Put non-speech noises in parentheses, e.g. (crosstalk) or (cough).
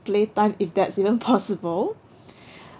playtime if that's even (laughs) possible (breath)